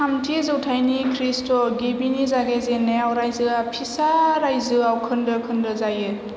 थामथि जौथाइनि खृष्ट गिबिनि जागायजेन्नायाव रायजोया फिसा रायजोआव खोन्दो खोन्दो जायो